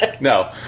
no